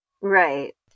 Right